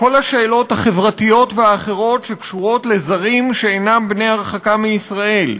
כל השאלות החברתיות והאחרות שקשורות לזרים שאינם בני-הרחקה מישראל,